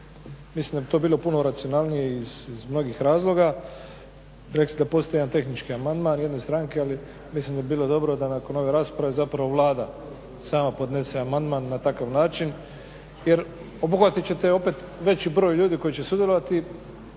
Mislim da bi to bilo puno racionalnije iz mnogih razloga. Rekli ste da postoji jedan tehnički amandman jedne stranke, mislim da bi bilo dobro da nakon ove rasprave zapravo Vlada sama podnese amandman na takav način jer obuhvatit ćete opet veći broj ljudi koji će sudjelovati,